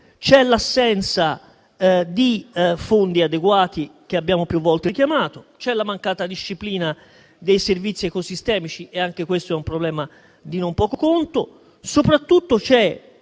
l'assenza di fondi adeguati, che abbiamo più volte richiamato; la mancata disciplina dei servizi ecosistemici, che è anch'esso un problema di non poco conto; l'assenza di